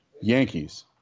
Yankees